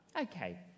Okay